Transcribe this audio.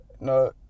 no